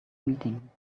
meeting